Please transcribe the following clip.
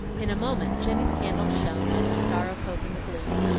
in a moment jenny's candle shone like a star of hope in the gloom,